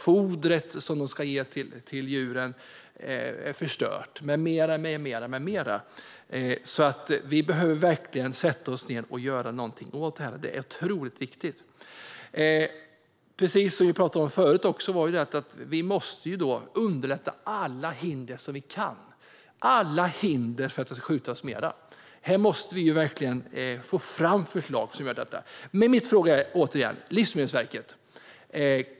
Fodret som de ska ge till djuren är förstört med mera. Vi behöver verkligen sätta oss ned och göra någonting åt det. Det är otroligt viktigt. Precis som vi talade om förut måste vi undanröja alla hinder vi kan för att det ska skjutas mer. Här måste vi verkligen få fram förslag som gör det. Min fråga gäller återigen Livsmedelsverket.